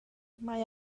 mae